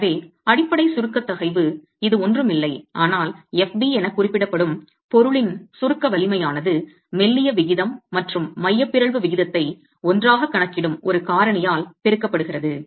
எனவே அடிப்படை சுருக்கத் தகைவு இது ஒன்றும் இல்லை ஆனால் fb எனக் குறிப்பிடப்படும் பொருளின் சுருக்க வலிமையானது மெல்லிய விகிதம் மற்றும் மைய பிறழ்வு விகிதத்தை ஒன்றாகக் கணக்கிடும் ஒரு காரணியால் பெருக்கப்படுகிறது